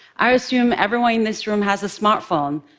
i assume everyone in this room has a smartphone,